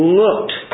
looked